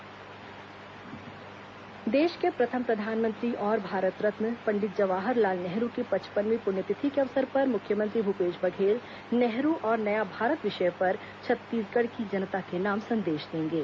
मुख्यमंत्री संदेश देश के प्रथम प्रधानमंत्री और भारतरत्न पंडित जवाहर लाल नेहरू की पचपनवीं पृण्यतिथि के अवसर पर मुख्यमंत्री भूपेश बघेल नेहरू और नया भारत विषय पर छत्तीसगढ़ की जनता के नाम संदेश देंगे